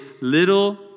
little